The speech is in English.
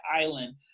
island